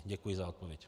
Děkuji za odpověď.